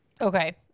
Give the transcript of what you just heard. Okay